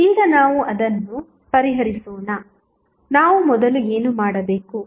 ಈಗ ನಾವು ಅದನ್ನು ಪರಿಹರಿಸೋಣ ನಾವು ಮೊದಲು ಏನು ಮಾಡಬೇಕು